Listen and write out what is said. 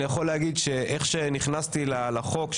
אני יכול להגיד שכשנכנסתי לחוק,